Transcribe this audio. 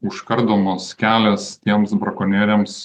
užkardomas kelias tiems brakonieriams o